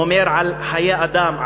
אומר על חיי אדם,